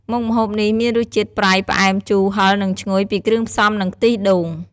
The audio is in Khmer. មុខម្ហូបនេះមានរសជាតិ ប្រៃ ផ្អែម ជូរ ហឹរ និងឈ្ងុយ ពីគ្រឿងផ្សំ និងខ្ទិះដូង។